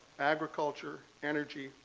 agriculture, energy,